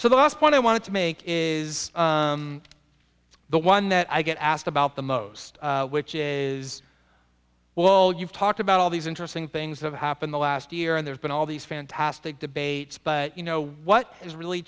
so the last point i want to make is the one that i get asked about the most which is well you've talked about all these interesting things have happened the last year and there's been all these fantastic debates but you know what is really